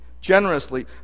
Generously